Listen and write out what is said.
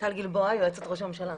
טל גלבוע, יועצת ראש הממשלה,